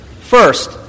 First